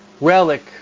relic